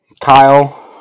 Kyle